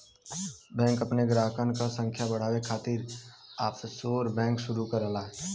bank अपने ग्राहकन क संख्या बढ़ावे खातिर ऑफशोर बैंक शुरू करला